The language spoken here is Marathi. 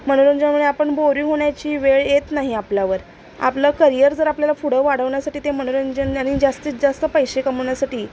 मनोरंजनमुळे आपण बोरी होण्याची वेळ येत नाही आपल्यावर आपलं करियर जर आपल्याला पुढं वाढवण्यासाठी ते मनोरंजन आणि जास्तीत जास्त पैसे कमवण्यासाठी